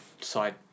side